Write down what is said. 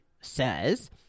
says